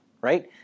right